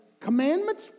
commandments